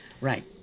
right